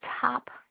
top